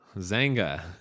Zanga